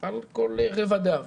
על כל רבדיו